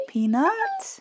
Peanut